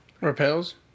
Repels